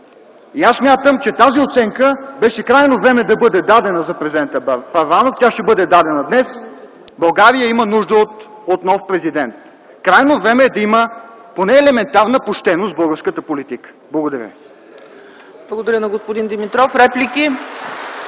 и аз смятам, че тази оценка беше крайно време да бъде дадена за президента Първанов. И тя ще бъде дадена днес. България има нужда от нов президент. Крайно време е да има почти елементарна почтеност в българската политика. Благодаря